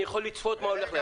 אני יכול לצפות מה הולך להגיע.